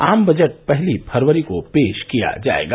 आम बजट पहली फरवरी को पेश किया जाएगा